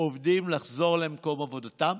עובדים לחזור למקום עבודתם,